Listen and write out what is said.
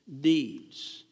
deeds